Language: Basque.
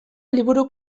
liburu